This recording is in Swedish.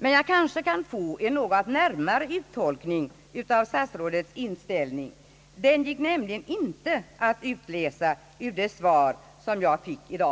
Jag kan kanske få en närmare uttolkning av statsrådets inställning. Den gick nämligen inte att utläsa ur det svar jag har fått i dag.